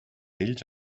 ells